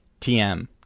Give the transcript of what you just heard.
TM